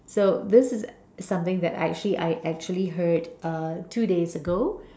so this is something that I actually I actually heard uh two days ago